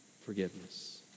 forgiveness